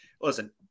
Listen